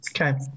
Okay